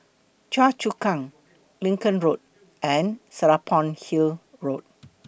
Choa Chu Kang Lincoln Road and Serapong Hill Road